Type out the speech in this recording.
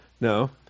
No